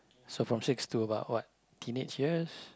so from six to about what teenage years